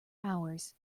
hours